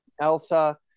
Elsa